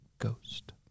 ghost